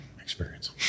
experience